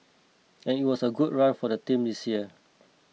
and it was a good run for the team this year